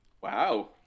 Wow